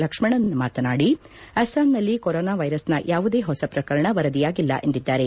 ಲಕ್ಷ್ಮಣನ್ ಮಾತನಾಡಿ ಅಸ್ಸಾಂನಲ್ಲಿ ಕೊರೋನಾ ವೈರಸ್ನ ಯಾವುದೇ ಹೊಸ ಪ್ರಕರಣ ವರದಿಯಾಗಿಲ್ಲ ಎಂದಿದ್ದಾರೆ